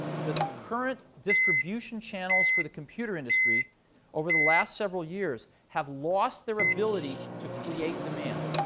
the current distribution channels for the computer industry over the last several years have lost their ability to create demand.